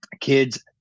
kids